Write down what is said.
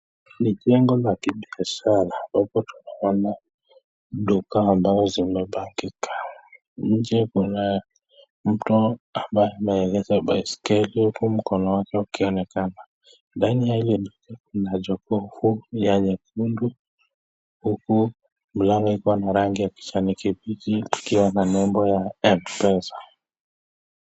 Ni jengo la kibiashara . Kwa hivyo tunaona duka ambazo zimepangika. Nje kuna mtu ambaye anaendesha baiskeli huku mkono yake ilionekana. Ndani ya ile jengo kuna jogoo huku ni ya nyekundu huku mlango ukiwa na rangi ya kijani kibichi kukiwa na nebo ya Mpesa